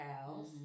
house